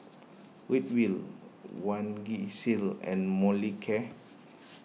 Ridwind Vagisil and Molicare